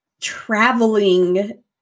traveling